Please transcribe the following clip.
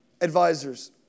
advisors